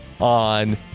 on